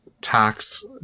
tax